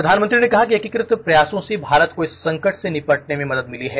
प्रधानमंत्री ने कहा कि एकीकृत प्रयासों से भारत को इस संकट से निपटने में मदद मिली है